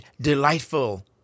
delightful